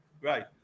right